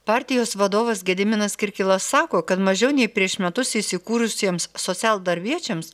partijos vadovas gediminas kirkilas sako kad mažiau nei prieš metus įsikūrusiems socialdarbiečiams